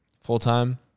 full-time